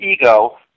ego